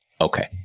Okay